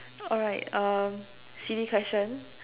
alright um silly question